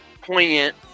poignant